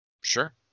Sure